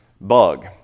bug